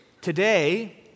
Today